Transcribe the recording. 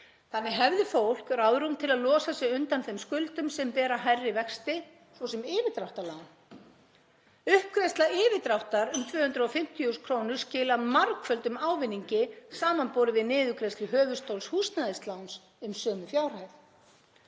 Þannig hefði fólk ráðrúm til að losa sig undan þeim skuldum sem bera hærri vexti, svo sem yfirdráttarlán. Uppgreiðsla yfirdráttar um 250.000 kr. skilar margföldum ávinningi samanborið við niðurgreiðslu höfuðstóls húsnæðisláns um sömu fjárhæð.